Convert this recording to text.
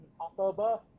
October